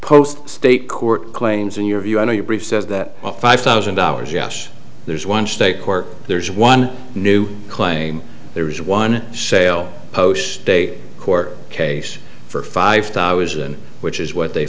post state court claims in your view on your brief says that five thousand dollars yes there's one state court there's one new claim there was one sale post a court case for five thousand which is what they